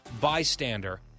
bystander